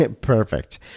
Perfect